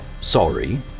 sorry